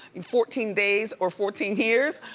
and fourteen days, or fourteen years.